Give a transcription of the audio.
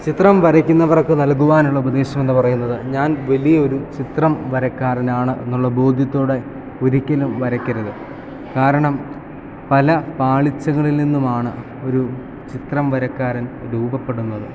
ചിത്രം വരയ്ക്കുന്നവർക്ക് നൽകുവാനുള്ള ഉപദേശം എന്ന് പറയുന്നത് ഞാൻ വലിയ ഒരു ചിത്രം വരക്കാരനാണ് എന്നുള്ള ബോധ്യത്തോടെ ഒരിക്കലും വരയ്ക്കരുത് കാരണം പല പാളിച്ചകളിൽ നിന്നുമാണ് ഒരു ചിത്രം വരക്കാരൻ രൂപപ്പെടുന്നത്